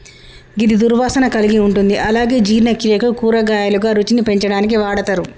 గిది దుర్వాసన కలిగి ఉంటుంది అలాగే జీర్ణక్రియకు, కూరగాయలుగా, రుచిని పెంచడానికి వాడతరు